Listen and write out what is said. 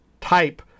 type